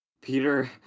Peter